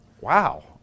Wow